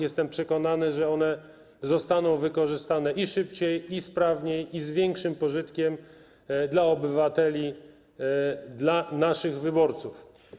Jestem przekonany, że one zostaną wykorzystane i szybciej, i sprawniej, i z większym pożytkiem dla obywateli, dla naszych wyborców.